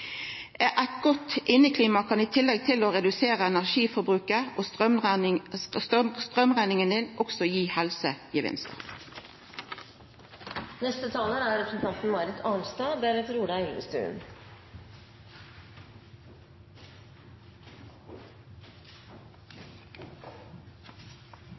Eit godt inneklima kan, i tillegg til å redusera energiforbruket og strømrekninga, også gi helsegevinstar. Debatten har i og for seg vist at energipolitikken er